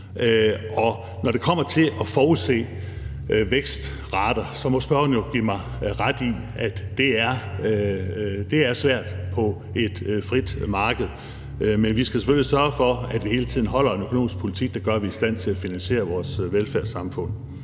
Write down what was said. Når det kommer til at forudse vækstrater, må spørgeren jo give mig ret i, at det er svært på et frit marked, men vi skal selvfølgelig sørge for, at vi hele tiden holder en økonomisk politik, der gør, at vi er i stand til at finansiere vores velfærdssamfund.